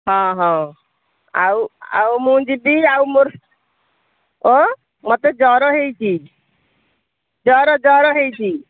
ହଁ ହଉ ଆଉ ଆଉ ମୁଁ ଯିବି ଆଉ ମୋର ଓ ମୋତେ ଜ୍ୱର ହୋଇଛି ଜ୍ୱର ଜ୍ୱର ହୋଇଛି